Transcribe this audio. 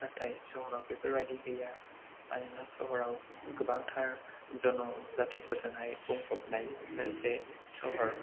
नाथाय सहराव बेफोरबायदि गैया मानोना सहराव गोबांथार जन' जाथिफोरजोंहाय बुंफबनाय मोनसे सहर